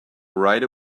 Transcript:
right